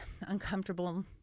uncomfortable